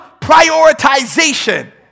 prioritization